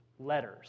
Letters